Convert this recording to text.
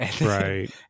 right